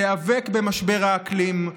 תיאבק במשבר האקלים,